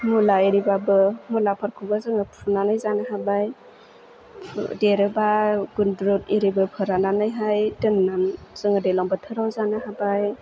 मुला एरिबाबो मुलाफोरखौबो जोङो फुनानै जानो हाबाय देरोबा गुन्द्रु एरिबो फोराननानैहाय दोन्ना जोङो दैलां बोथोराव जानो हाबाय